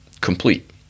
complete